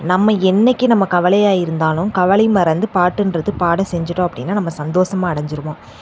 நம்ம என்னிக்கி நம்ம கவலையாக இருந்தாலும் கவலை மறந்து பாட்டுகிறது பாட செஞ்சுட்டோம் அப்படின்னா நம்ம சந்தோஷமா அடைஞ்சிருவோம்